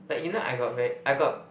like you know I got very I got